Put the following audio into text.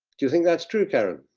do you think that's true, karen?